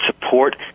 support